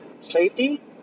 safety